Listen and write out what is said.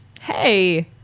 Hey